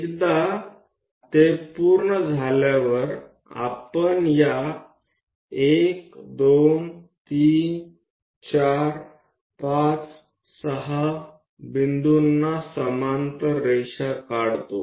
एकदा ते पूर्ण झाल्यावर आपण या 1 2 3 4 5 6 बिंदूंना समांतर रेषा काढतो